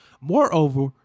Moreover